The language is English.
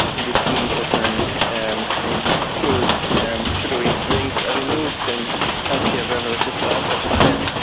we've seen that when and in schools and sugary drinks are removed and healthier beverages are offered instead,